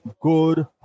good